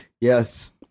Yes